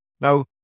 Now